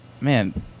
man